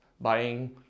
buying